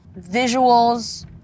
Visuals